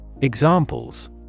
Examples